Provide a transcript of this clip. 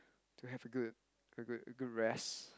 to have a good a good a good rest